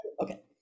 Okay